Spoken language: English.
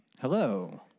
Hello